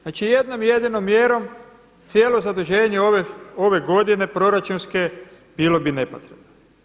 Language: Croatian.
Znači jednom jedinom mjerom cijelo zaduženje ove godine proračunske bilo bi nepotrebno.